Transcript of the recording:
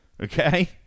Okay